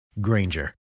Granger